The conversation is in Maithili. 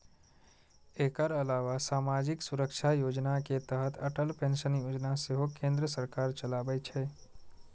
एकर अलावा सामाजिक सुरक्षा योजना के तहत अटल पेंशन योजना सेहो केंद्र सरकार चलाबै छै